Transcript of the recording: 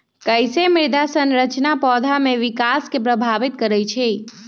कईसे मृदा संरचना पौधा में विकास के प्रभावित करई छई?